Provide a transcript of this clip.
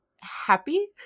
happy